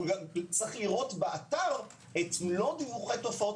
הוא צריך לראות באתר את מלוא דיווחי תופעות